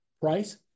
Price